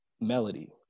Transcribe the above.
melody